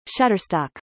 Shutterstock